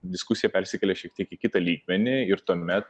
diskusija persikelia šiek tiek į kitą lygmenį ir tuomet